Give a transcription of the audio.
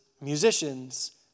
musicians